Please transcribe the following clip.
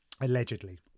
allegedly